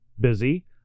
Busy